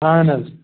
اَہَن حظ